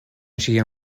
ŝia